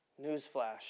Newsflash